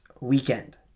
weekend